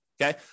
Okay